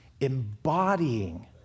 embodying